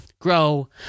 grow